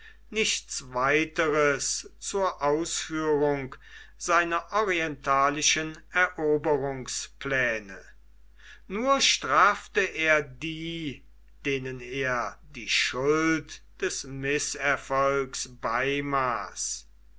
nichts weiteres zur ausführung seiner orientalischen eroberungspläne nur strafte er die denen er die schuld des mißerfolgs beimaß